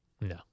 No